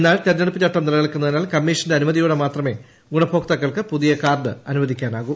എന്നാൽ തെരഞ്ഞെടുപ്പ് ചട്ടം നിലനിൽക്കുന്നതിനാൽ കമ്മീഷന്റെ അനുമതിയോടെ മാത്ര്മേ ്ഗുണഭോക്താക്കൾക്ക് പുതിയ കാർഡ് അനുവദിക്കാനാവൂ